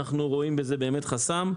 אנחנו רואים בזה באמת חסם.